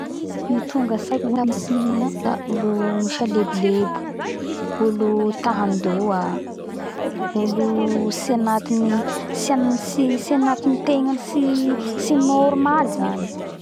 Ny tonga antsaiko olo misalebolebo, olo ta handoa, olo tsy agnatin'ny, tsy amin'ny, tsy- tsy agnatin'ny tegna tsy, tsy normaly zany.